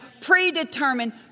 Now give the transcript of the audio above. predetermined